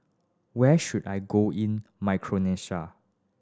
where should I go in Micronesia